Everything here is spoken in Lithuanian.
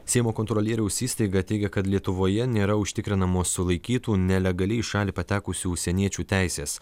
seimo kontrolieriaus įstaiga teigia kad lietuvoje nėra užtikrinamos sulaikytų nelegaliai į šalį patekusių užsieniečių teisės